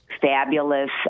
fabulous